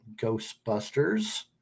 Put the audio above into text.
Ghostbusters